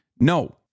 No